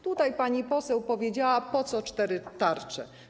Tutaj pani poseł powiedziała: A po co cztery tarcze?